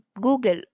Google